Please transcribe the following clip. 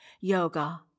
yoga